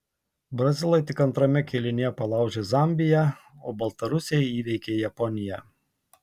brazilai tik antrame kėlinyje palaužė zambiją o baltarusiai įveikė japoniją